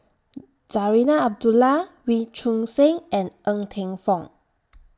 Zarinah Abdullah Wee Choon Seng and Ng Teng Fong